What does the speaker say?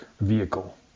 vehicle